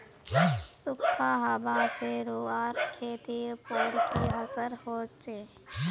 सुखखा हाबा से रूआँर खेतीर पोर की असर होचए?